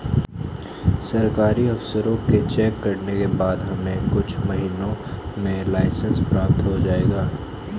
सरकारी अफसरों के चेक करने के बाद हमें कुछ महीनों में लाइसेंस प्राप्त हो जाएगा